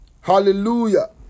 Hallelujah